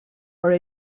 are